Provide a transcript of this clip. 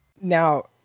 Now